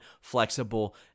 flexible